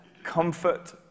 comfort